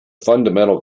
fundamental